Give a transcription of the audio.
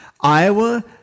Iowa